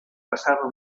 passava